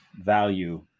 value